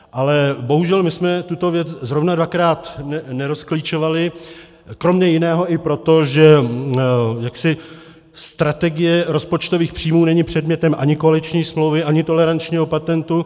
Ale bohužel my jsme tuto věc zrovna dvakrát nerozklíčovali kromě jiného i proto, že strategie rozpočtových příjmů není předmětem ani koaliční smlouvy, ani tolerančního patentu.